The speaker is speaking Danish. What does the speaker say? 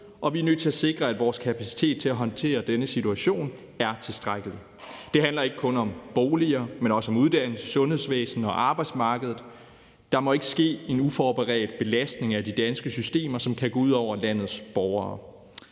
og vi er nødt til at sikre, at vores kapacitet til at håndtere denne situation er tilstrækkelig. Det handler ikke kun om boliger, men også om uddannelse, sundhedsvæsen og arbejdsmarkedet. Der må ikke ske en uforberedt belastning af de danske systemer, som kan gå ud over landets borgere.